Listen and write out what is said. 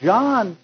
John